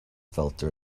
filter